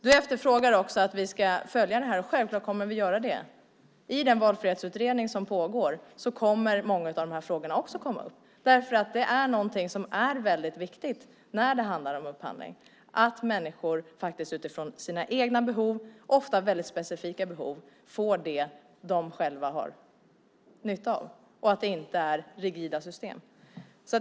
Du efterfrågar också att vi ska följa det här, och självklart kommer vi att göra det. I den valfrihetsutredning som pågår kommer också många av de här frågorna upp. Det är väldigt viktigt när det handlar om upphandling att människor utifrån sina egna och ofta väldigt specifika behov får det som de själva har nytta av och att det inte är rigida system.